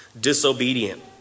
disobedient